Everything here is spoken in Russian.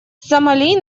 сомали